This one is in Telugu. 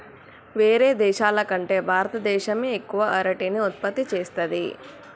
వేరే దేశాల కంటే భారత దేశమే ఎక్కువ అరటిని ఉత్పత్తి చేస్తంది